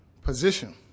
position